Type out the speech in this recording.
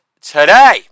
today